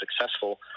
successful